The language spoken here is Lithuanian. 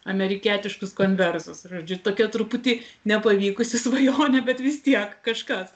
amerikietiškus konverzus žodžiu tokia truputį nepavykusi svajonė bet vis tiek kažkas